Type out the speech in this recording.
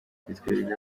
bitwereka